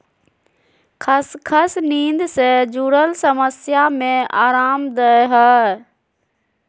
खसखस नींद से जुरल समस्या में अराम देय हइ